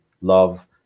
love